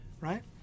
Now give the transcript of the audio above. right